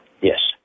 Yes